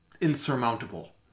insurmountable